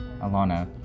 Alana